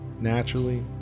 naturally